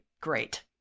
great